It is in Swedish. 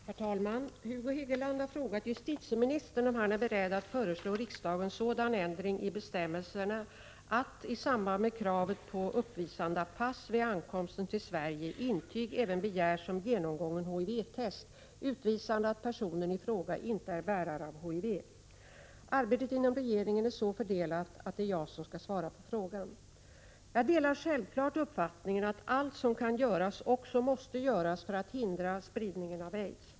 Herr talman! Hugo Hegeland har frågat justitieministern om han är beredd att föreslå riksdagen sådan ändring i bestämmelserna att, i samband med kravet på uppvisande av pass vid ankomsten till Sverige, intyg även begärs om genomgången HIV-test, visande att personen i fråga inte är bärare av HIV. Arbetet inom regeringen är så fördelat att det är jag som skall svara på frågan. Jag delar självfallet uppfattningen att allt som kan göras också måste göras för att hindra spridningen av aids.